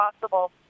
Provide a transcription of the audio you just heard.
possible